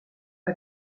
les